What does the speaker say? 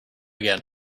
again